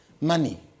money